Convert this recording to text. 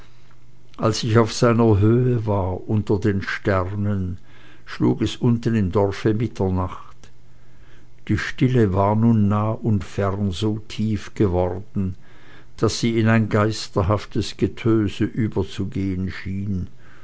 als ich auf seiner höhe war unter den sternen schlug es unten im dorfe mitternacht die stille war nun nah und fern so tief geworden daß sie in ein geisterhaftes getöse überzugehen schien